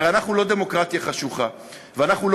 הרי אנחנו לא דמוקרטיה חשוכה ואנחנו לא